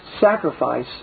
sacrifice